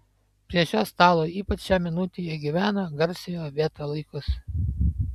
prie šio stalo ypač šią minutę jie gyveno garsiojo veto laikus